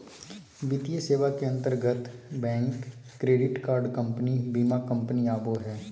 वित्तीय सेवा के अंतर्गत बैंक, क्रेडिट कार्ड कम्पनी, बीमा कम्पनी आवो हय